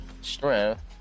strength